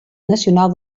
nacional